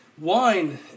Wine